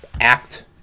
act